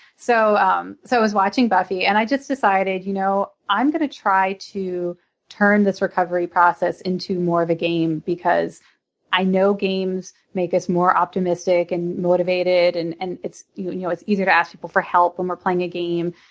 so i um so was watching buffy and i just decided you know i'm going to try to turn this recovery process into more of a game because i know games make us more optimistic and motivated and and it's you know it's easier to ask people for help when we're playing a game.